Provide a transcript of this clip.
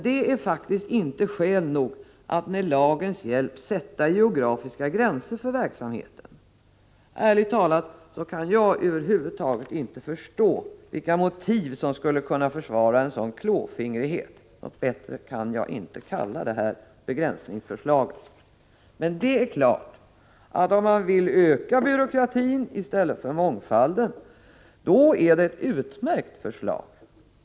Det är faktiskt inte skäl nog att med lagens hjälp sätta geografiska gränser för verksamheten. Ärligt talat kan jag över huvud taget inte förstå vilket motiv som skulle kunna försvara denna klåfingrighet. Något bättre kan jag inte kalla detta begränsningsförslag. Det är klart att om man vill öka byråkratin i stället för mångfalden är detta ett utmärkt förslag.